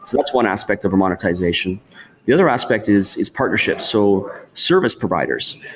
that's one aspect of monetization the other aspect is is partnerships. so service providers.